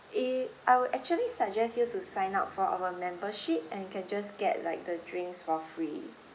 eh I would actually suggest you to sign up for our membership and you can just get like the drinks for free